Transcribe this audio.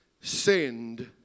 Send